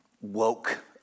woke